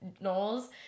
Knowles